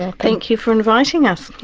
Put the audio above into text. and thank you for inviting us.